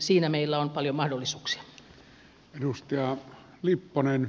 siinä meillä on paljon mahdollisuuksia